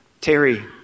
Terry